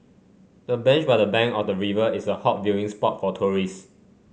the bench by the bank of the river is a hot viewing spot for tourist